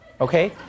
okay